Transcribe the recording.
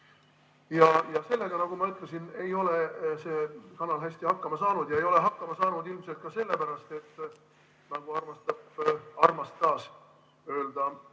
Sellega, nagu ma ütlesin, ei ole see kanal hästi hakkama saanud. Ei ole hakkama saanud ilmselt ka sellepärast, et nagu armastas öelda